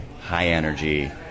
high-energy